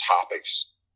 topics